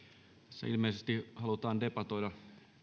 tässä ilmeisesti halutaan debatoida